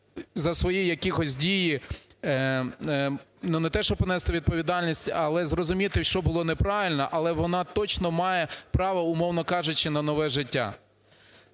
за свої якісь дії, ну, не те, що понести відповідальність, але зрозуміти, що було неправильно, але вона точно має право, умовно кажучи, на нове життя.